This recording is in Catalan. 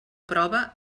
prova